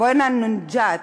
בועיינה-נוג'ידאת,